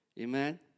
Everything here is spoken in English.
Amen